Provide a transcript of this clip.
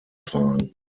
tragen